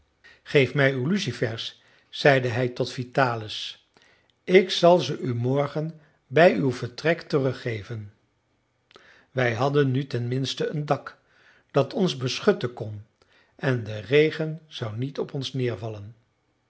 geef mij uw lucifers zeide hij tot vitalis ik zal ze u morgen bij uw vertrek teruggeven wij hadden nu ten minste een dak dat ons beschutten kon en de regen zou niet op ons nedervallen